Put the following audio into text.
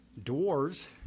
dwarves